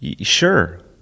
sure